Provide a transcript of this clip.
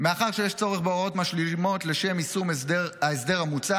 מאחר שיש צורך בהוראות משלימות לשם יישום ההסדר המוצע,